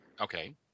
Okay